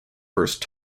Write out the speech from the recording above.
first